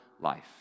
life